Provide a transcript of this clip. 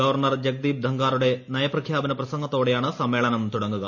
governor Jagdeep ധങ്കാറുടെ നയപ്രഖ്യാപന പ്രസംഗത്തോടെയാണ് സമ്മേളനം തുടങ്ങുക